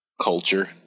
culture